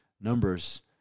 numbers